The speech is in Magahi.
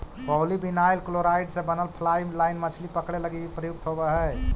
पॉलीविनाइल क्लोराइड़ से बनल फ्लाई लाइन मछली पकडे लगी प्रयुक्त होवऽ हई